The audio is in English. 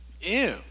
Ew